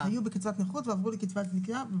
הם היו בקצבת נכות ועברו לקצבת זקנה,